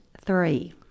three